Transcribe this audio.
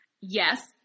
Yes